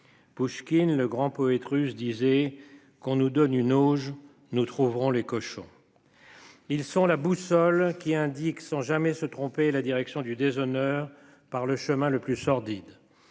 Pouchkine. Le grand poète russe disait qu'on nous donne une je nous trouverons les cochons. Ils sont la boussole qui indique sans jamais se tromper. La direction du déshonneur par le chemin le plus sordide.